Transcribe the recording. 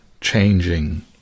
changing